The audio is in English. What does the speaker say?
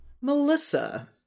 Melissa